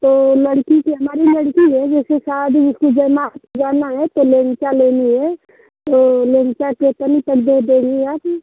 तो लड़की के हमारी लड़की है जिसकी शादी इस सीजन में सीजन में है तो लेंचा लेनी है तो लेंचा कितने तक दे देंगी आप